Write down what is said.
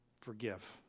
Forgive